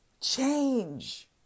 change